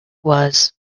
was